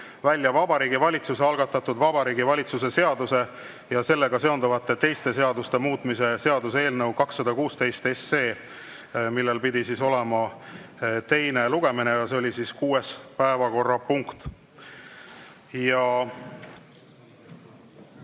välja Vabariigi Valitsuse algatatud Vabariigi Valitsuse seaduse ja sellega seonduvalt teiste seaduste muutmise seaduse eelnõu 216, millel pidi olema teine lugemine. See on kuues päevakorrapunkt.